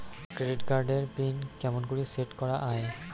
Credit card এর PIN কেমন করি সেট করা য়ায়?